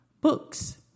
books